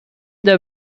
der